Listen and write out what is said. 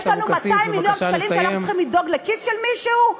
יש לנו 200 מיליון שקלים שאנחנו צריכים לדאוג בהם לכיס של מישהו?